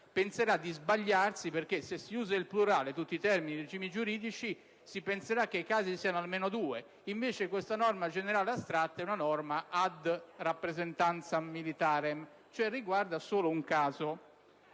penserà di sbagliarsi, perché se si usa il plurale, parlando di tutti «i termini e i regimi giuridici», si penserà che i casi siano almeno due. Invece, questa norma «generale e astratta» è solo per la rappresentanza militare, ossia riguarda solo un caso.